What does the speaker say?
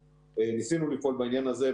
ניסינו לפעול בעניין הזה.